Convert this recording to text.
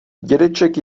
dědeček